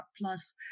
plus